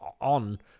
on